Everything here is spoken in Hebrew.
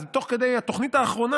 אז תוך כדי התוכנית האחרונה,